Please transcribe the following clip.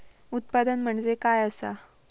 उत्पादन म्हणजे काय असा?